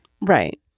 Right